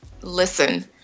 Listen